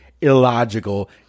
illogical